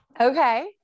Okay